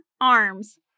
arms